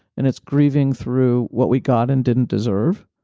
and it's grieving through what we got and didn't deserve,